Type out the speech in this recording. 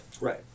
Right